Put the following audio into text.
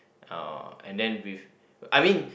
uh and then with I mean